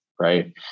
right